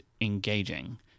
engaging